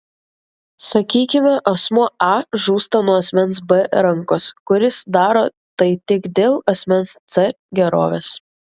sakykime asmuo a žūsta nuo asmens b rankos kuris daro tai tik dėl asmens c gerovės